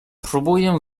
próbuję